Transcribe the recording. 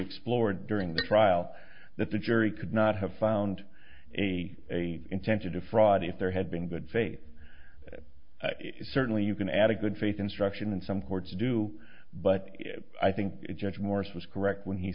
explored during the trial that the jury could not have found a intent to defraud if there had been good faith certainly you can add a good faith instruction and some courts do but i think judge morris was correct when he